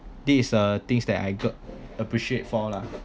this is a things that I ga~ appreciate for lah